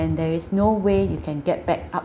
and there is no way you can get back up